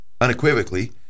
unequivocally